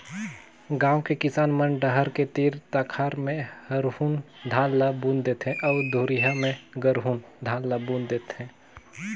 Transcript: गांव के किसान मन डहर के तीर तखार में हरहून धान ल बुन थें अउ दूरिहा में गरहून धान ल बून थे